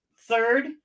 third